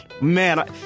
Man